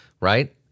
Right